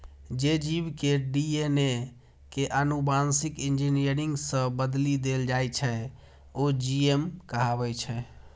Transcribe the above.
जे जीव के डी.एन.ए कें आनुवांशिक इंजीनियरिंग सं बदलि देल जाइ छै, ओ जी.एम कहाबै छै